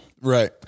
Right